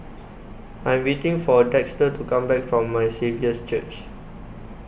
I Am waiting For Dexter to Come Back from My Saviour's Church